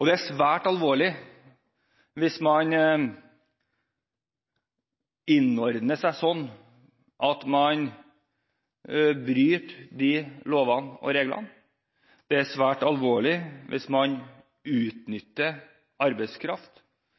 Det er svært alvorlig hvis man innordner seg sånn at man bryter de lovene og reglene. Det er svært alvorlig hvis man utnytter arbeidskraft.